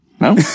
no